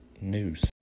news